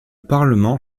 parlement